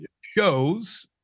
shows